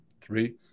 three